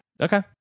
okay